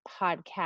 podcast